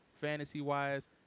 fantasy-wise